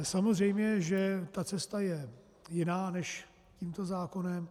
Samozřejmě že ta cesta je jiná než tímto zákonem.